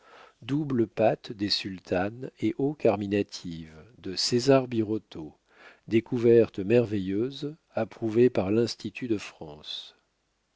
double pate des sultanes et eau carminative de césar birotteau découverte merveilleuse approuvée par l'institut de france